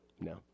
No